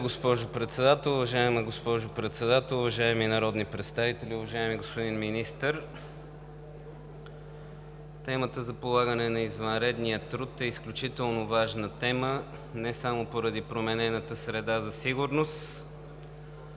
Уважаема госпожо Председател, уважаеми народни представители! Уважаеми господин Министър, темата за полагане на извънредния труд е изключително важна тема не само поради променената среда за сигурност,